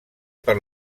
per